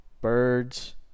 Birds